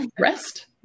rest